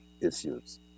issues